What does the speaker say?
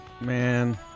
Man